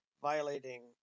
violating